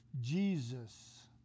Jesus